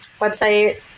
website